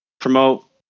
promote